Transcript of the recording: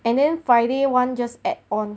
and then friday one just add on